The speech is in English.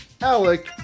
alec